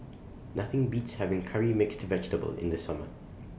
Nothing Beats having Curry Mixed Vegetable in The Summer